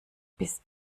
bis